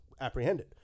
apprehended